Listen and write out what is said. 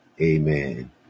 Amen